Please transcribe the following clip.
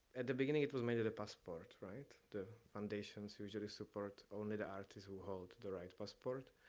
at the beginning, it was maybe the passport, right? the foundations usually support only the artists who hold the right passport.